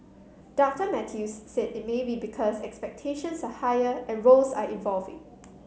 Doctor Mathews said it may be because expectations higher and roles are evolving